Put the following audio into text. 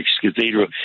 Cathedral